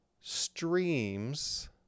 streams